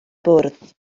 bwrdd